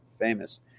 famous